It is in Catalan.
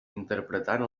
interpretant